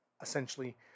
essentially